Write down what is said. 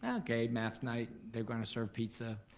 ah okay math night, they're gonna serve pizza.